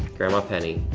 grandma penny